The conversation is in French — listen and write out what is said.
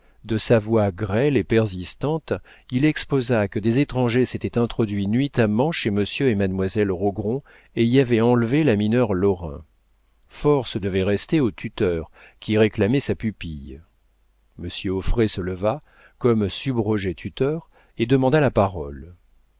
de sa voix grêle et persistante il exposa que des étrangers s'étaient introduits nuitamment chez monsieur et mademoiselle rogron et y avaient enlevé la mineure lorrain force devait rester au tuteur qui réclamait sa pupille monsieur auffray se leva comme subrogé-tuteur et demanda la parole